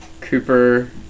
Cooper